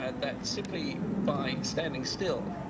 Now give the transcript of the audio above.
and that simply by standing still,